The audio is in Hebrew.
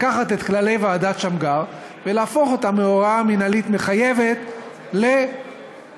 לקחת את כללי ועדת שמגר ולהפוך אותם מהוראה מינהלית מחייבת לחוק?